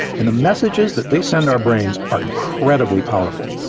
and the messages that they send our brains are incredibly powerful.